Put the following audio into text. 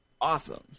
Awesome